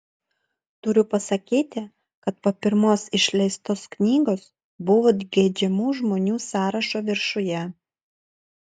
turiu pasakyti kad po pirmos išleistos knygos buvot geidžiamų žmonių sąrašo viršuje